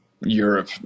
europe